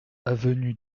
avenue